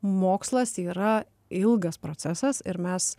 mokslas yra ilgas procesas ir mes